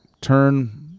turn